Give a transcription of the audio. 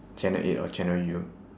channel eight or channel U